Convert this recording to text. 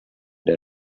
der